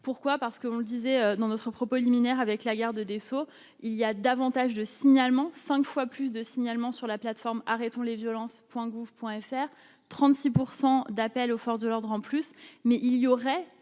pourquoi, parce que on disait dans votre propos liminaire avec la garde des Sceaux, il y a davantage de signalements 5 fois plus de signalements sur la plateforme arrêtons les violences Point gouv Point FR 36 % d'appel aux forces de l'ordre, en plus, mais il y aurait,